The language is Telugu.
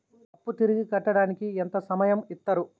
అప్పు తిరిగి కట్టడానికి ఎంత సమయం ఇత్తరు?